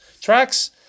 tracks